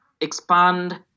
expand